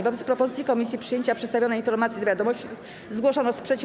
Wobec propozycji komisji przyjęcia przedstawionej informacji do wiadomości zgłoszono sprzeciw.